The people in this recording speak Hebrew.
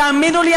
תאמינו לי,